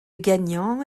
gagnant